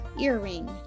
earring